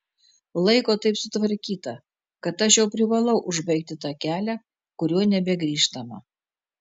laiko taip sutvarkyta kad aš jau privalau užbaigti tą kelią kuriuo nebegrįžtama